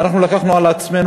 ואנחנו לקחנו על עצמנו,